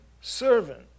servant